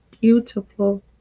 beautiful